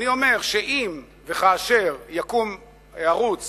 אני אומר שאם וכאשר יקום ערוץ